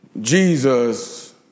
Jesus